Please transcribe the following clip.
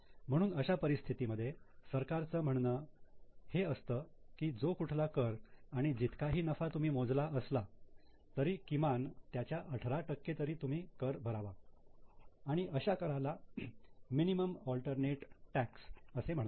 म्हणून अशा परिस्थितीमध्ये सरकारचं म्हणन हे असतं की जो कुठला कर आणि जितका ही नफा तुम्ही मोजला असला तरी किमान त्याच्या 18 टक्के तरी कर तुम्ही भरावा आणि अशा कराला मिनिमम अल्टरनेट टॅक्स असे म्हणतात